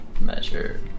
measure